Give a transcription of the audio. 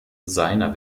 seiner